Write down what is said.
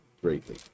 greatly